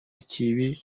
ikibi